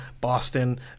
Boston